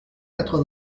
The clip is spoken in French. quatre